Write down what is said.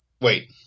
Wait